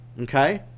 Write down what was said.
Okay